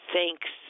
thanks